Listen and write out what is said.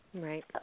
Right